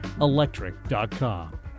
Electric.com